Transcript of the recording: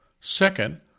Second